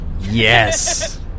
Yes